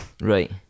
Right